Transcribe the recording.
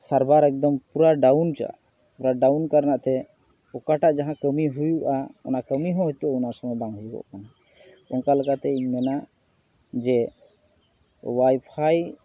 ᱥᱟᱨᱵᱟᱨ ᱮᱠᱫᱚᱢ ᱯᱩᱨᱟᱹ ᱰᱟᱣᱩᱱ ᱚᱪᱚᱜᱼᱟ ᱰᱟᱣᱩᱱ ᱠᱟᱨᱚᱱᱟᱛᱮᱫ ᱚᱠᱟᱴᱟᱜ ᱡᱟᱦᱟᱸ ᱠᱟᱹᱢᱤ ᱦᱩᱭᱩᱜᱼᱟ ᱚᱱᱟ ᱠᱟᱹᱢᱤᱦᱚᱸ ᱦᱚᱭᱛᱚ ᱚᱱᱟ ᱥᱚᱢᱚᱭ ᱵᱟᱝ ᱦᱩᱭᱩᱜᱚᱜ ᱠᱟᱱᱟ ᱚᱝᱠᱟ ᱞᱮᱠᱟᱛᱮ ᱤᱧ ᱢᱮᱱᱟ ᱡᱮ ᱚᱣᱟᱭ ᱯᱷᱟᱭ